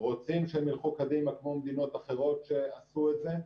רוצים שהם ילכו קדימה כמו מדינות אחרות שעשו את זה,